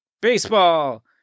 baseball